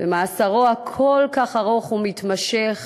במאסרו הכל-כך ארוך ומתמשך